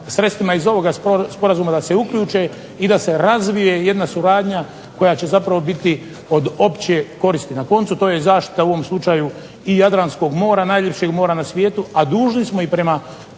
sredstvima iz ovoga sporazuma da se uključe i da se razvije jedna suradnja koja će zapravo biti od opće koristi. Na koncu to je i zaštita u ovom slučaju i Jadranskog mora, najljepšeg mora na svijetu, a dužni smo i prema